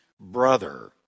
brother